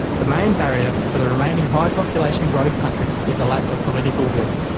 the main barrier for the remaining high population growth countries is a lack of political will.